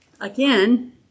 Again